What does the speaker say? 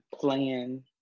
playing